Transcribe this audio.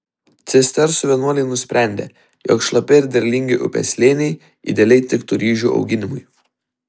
cistersų vienuoliai nusprendė jog šlapi ir derlingi upės slėniai idealiai tiktų ryžių auginimui